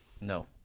No